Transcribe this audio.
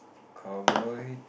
cowboy